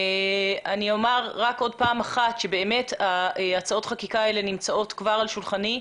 אני אומר שוב שבאמת הצעות החקיקה האלה נמצאות כבר על שולחני.